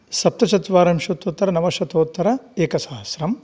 सप्तचत्वारिंशत्युत्तरनवशतोत्तर एकसहस्रम्